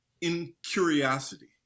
incuriosity